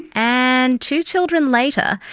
and two children later,